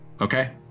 Okay